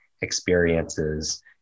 experiences